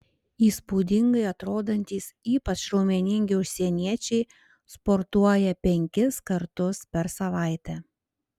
įspūdingai atrodantys ypač raumeningi užsieniečiai sportuoja penkis kartus per savaitę